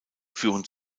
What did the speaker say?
führen